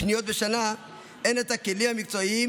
פניות בשנה אין את הכלים המקצועיים